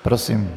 Prosím.